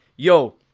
Yo